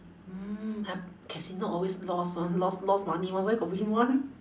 mm hap~ casino always lost [one] lost lost money [one] where got win [one]